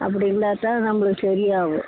அப்படி இருந்தாத் தான் நம்பளுக்கு சரியாவும்